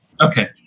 Okay